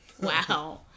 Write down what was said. wow